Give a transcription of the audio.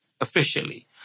officially